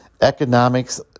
Economics